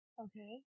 Okay